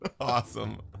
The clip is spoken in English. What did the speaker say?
Awesome